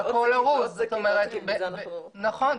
נכון.